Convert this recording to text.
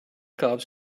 cobs